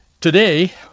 Today